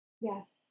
Yes